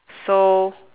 so